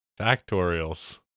Factorials